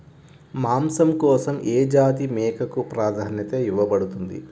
మాంసం కోసం ఏ జాతి మేకకు ప్రాధాన్యత ఇవ్వబడుతుంది?